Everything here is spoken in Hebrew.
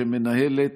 שמנהלת